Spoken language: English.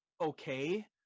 okay